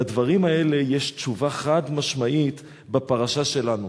לדברים האלה יש תשובה חד-משמעית בפרשה שלנו,